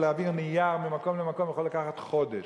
ולהעביר נייר ממקום למקום יכול לקחת חודש.